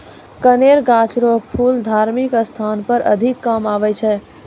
कनेर गाछ रो फूल धार्मिक स्थान पर अधिक काम हुवै छै